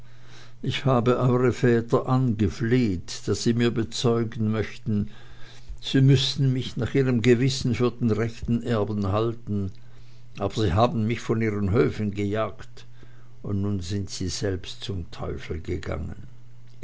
ich habe eure väter angefleht daß sie mir bezeugen möchten sie müßten mich nach ihrem gewissen für den rechten erben halten aber sie haben mich von ihren höfen gejagt und nun sind sie selbst zum teufel gegangen